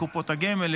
לקופות הגמל,